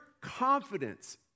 confidence